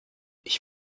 ich